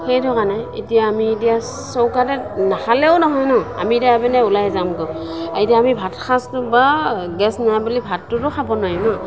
সেইটো কাৰণে এতিয়া আমি এতিয়া চৌকাতে নাখালেও নহয় ন আমি এতিয়া মানে ওলাই যামগৈ এতিয়া আমি ভাতসাঁজটো বাৰু গেছ নাই বুলি ভাতটোতো খাব নোৱাৰি ন